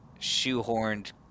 shoehorned